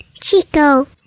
Chico